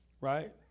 right